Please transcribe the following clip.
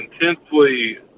intensely